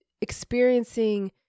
experiencing